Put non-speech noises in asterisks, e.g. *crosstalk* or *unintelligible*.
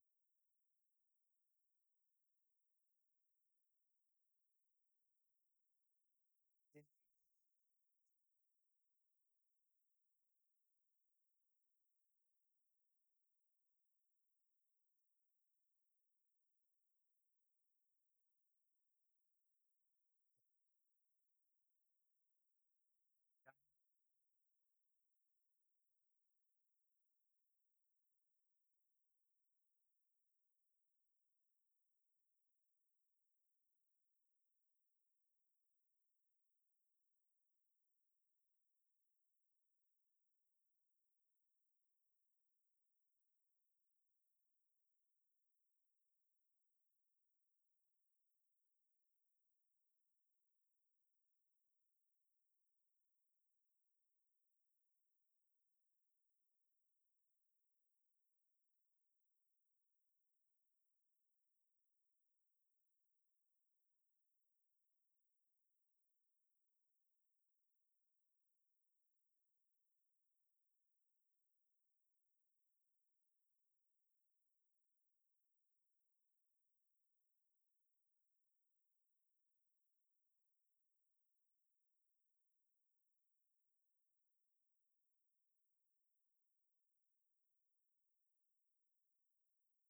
A biyolo jəjo nən nyiyo daddiya gə biyol fuwam na təl maatəm gəno lei ju mə nyəmi nyo ja ja fu jamo na bugai ja swigən na ja swigənyoi gaugəngaunyo ja nyəmbo ja nyəmbo kanjəi wuni jə talləine woi dibo disa dəngəna ləm amaa deri deri nyo *noise* nəbam nəbam bəno galigən gali ja nyəmbo juja gɔ mim ta bwawni ju jə maale nəno naja swu biyol jam luwam ni wi ja jə dəgtəne wai ju dəgtən juni jə jole gən wasakoi na ja beta wasa koga ja mugən na usi nyoi ba ja kawa ja fargən na ja *noise* na ja swi buyolli na ja barigəni *unintelligible* laja dou dou wasakori ja kuwagən ja fugəninyo laja kom nən kwasaggo jatau təgo la ja məg ja məg ja məg la ja təg a layira.